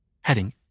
Heading